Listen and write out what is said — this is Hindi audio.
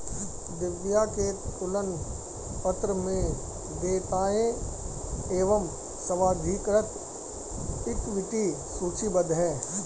दिव्या के तुलन पत्र में देयताएं एवं स्वाधिकृत इक्विटी सूचीबद्ध थी